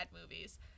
movies